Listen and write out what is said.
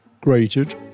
grated